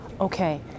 okay